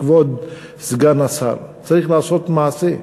כבוד סגן השר, צריך לעשות מעשה.